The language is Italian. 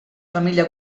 famiglia